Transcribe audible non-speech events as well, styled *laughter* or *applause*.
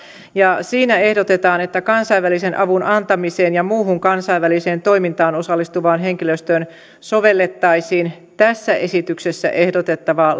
siinä ehdotetaan että kansainvälisen avun antamiseen ja muuhun kansainväliseen toimintaan osallistuvaan henkilöstöön sovellettaisiin tässä esityksessä ehdotettavaa *unintelligible*